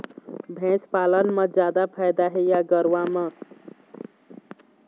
भैंस पालन म जादा फायदा हे या गरवा म?